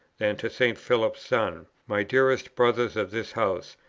than to st. philip's sons, my dearest brothers of this house,